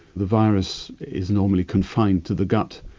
the virus is normally confined to the gut,